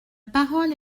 parole